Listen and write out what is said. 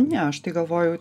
ne aš tai galvoju